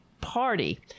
party